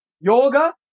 yoga